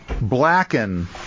blacken